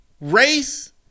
race